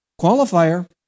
qualifier